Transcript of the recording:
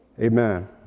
Amen